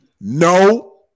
No